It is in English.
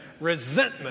resentment